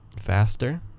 faster